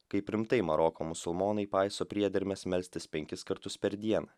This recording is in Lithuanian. kaip rimtai maroko musulmonai paiso priedermes melstis penkis kartus per dieną